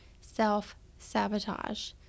self-sabotage